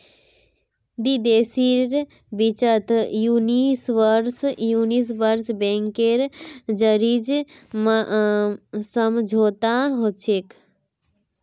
दी देशेर बिचत यूनिवर्सल बैंकेर जरीए समझौता हछेक